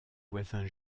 voisins